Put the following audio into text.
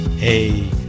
Hey